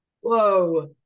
Whoa